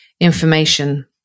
information